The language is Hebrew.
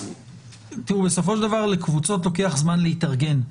הוא שבסופו של דבר לקבוצות לוקח זמן להתארגן.